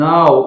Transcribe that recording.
Now